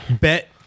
Bet